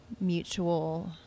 mutual